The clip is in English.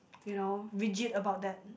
you know rigid about that